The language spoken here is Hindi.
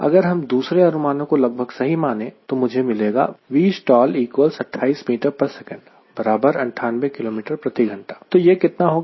अगर हम दूसरे अनुमानों को लगभग सही माने तो मुझे मिलेगा तो यह कितना होगा